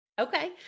Okay